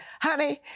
honey